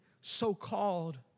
so-called